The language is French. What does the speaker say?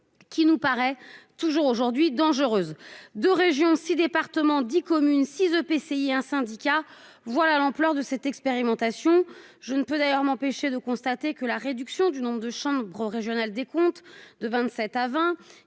qui nous paraît toujours aujourd'hui dangereuse. 2 régions, six départements, 10 communes 6 EPCI un syndicat. Voilà l'ampleur de cette expérimentation. Je ne peux d'ailleurs m'empêcher de constater que la réduction du nombre de chambres régionales des comptes de 27 à 20.